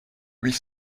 huit